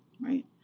Right